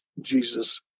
Jesus